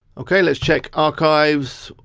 okay, let's check archives,